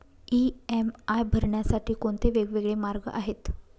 EMI भरण्यासाठी कोणते वेगवेगळे मार्ग आहेत?